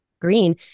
green